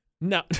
No